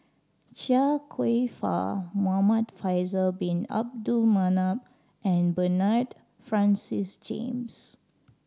Chia Kwek Fah Muhamad Faisal Bin Abdul Manap and Bernard Francis James